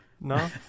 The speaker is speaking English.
No